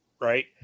right